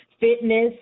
fitness